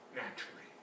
naturally